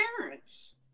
parents